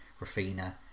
Rafina